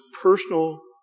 personal